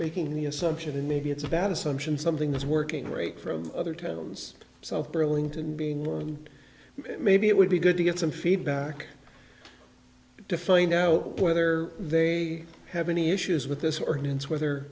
making the assumption maybe it's a bad assumption something's working right from other towns south burlington being more and maybe it would be good to get some feedback to find out whether they have any issues with this ordinance whether